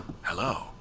Hello